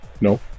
No